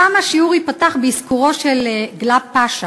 הפעם השיעור ייפתח באזכורו של גלאב פאשה.